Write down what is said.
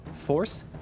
Force